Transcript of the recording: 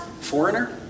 foreigner